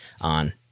on